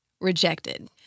rejected